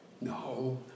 No